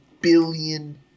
billion